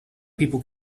people